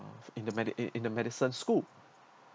in the medi~ eh in the medicine school